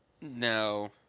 No